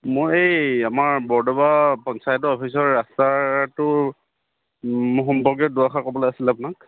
মোৰ এই আমাৰ বৰদোৱা পঞ্চায়তৰ অফিচৰ ৰাস্তাটোৰ সম্পৰ্কে দুআষাৰ ক'বলৈ আছিলে আপোনাক